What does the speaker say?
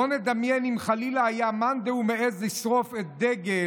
בוא נדמיין אם חלילה היה מאן דהוא מעז לשרוף את דגל